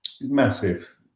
Massive